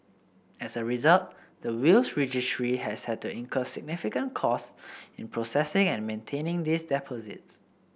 as a result the Wills Registry has had to incur significant costs in processing and maintaining these deposits